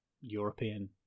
European